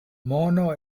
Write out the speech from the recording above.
mono